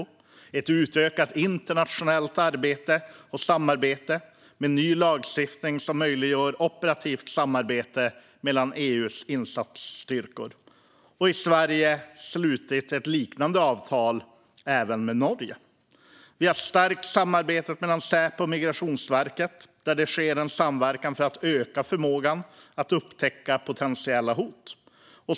Vi är också överens om utökat internationellt samarbete med ny lagstiftning som möjliggör operativt samarbete mellan EU:s insatsstyrkor. Sverige har slutit ett liknande avtal även med Norge. Vi har stärkt samarbetet mellan Säpo och Migrationsverket. Där sker samverkan för att öka förmågan att upptäcka potentiella hot.